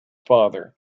father